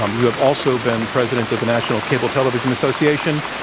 um you have also been president of the national cable television association,